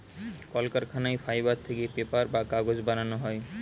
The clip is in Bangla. কলকারখানায় ফাইবার থেকে পেপার বা কাগজ বানানো হয়